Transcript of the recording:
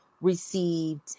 received